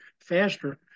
faster